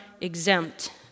exempt